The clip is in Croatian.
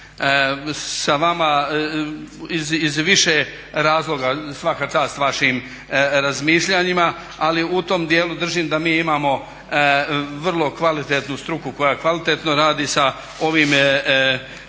sa vama iz više razloga. Svaka čast vašim razmišljanjima, ali u tom dijelu držim da mi imamo vrlo kvalitetnu struku koja kvalitetno radi sa ovim i